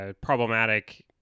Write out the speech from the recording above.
problematic